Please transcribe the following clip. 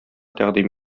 тәкъдим